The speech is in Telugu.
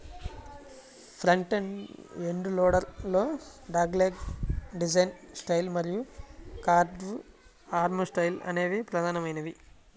ఫ్రంట్ ఎండ్ లోడర్ లలో డాగ్లెగ్ డిజైన్ స్టైల్ మరియు కర్వ్డ్ ఆర్మ్ స్టైల్ అనేవి ప్రధానమైనవి